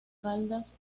caldas